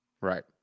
Right